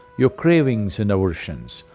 your cravings and aversions,